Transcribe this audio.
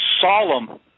solemn